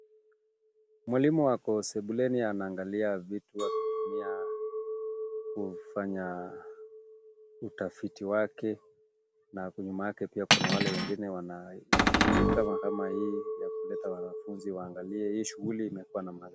Mwalimu ako sebuleni anaangalia vitu akitumia kufanya utafiti wake na nyuma yake pia kuna wale wengine wanashughulika kwa namna kama hii kwa kuleta wanafunzi waangalie hii shughuli imekuwa namna gani.